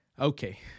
Okay